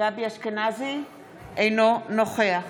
אינו נוכח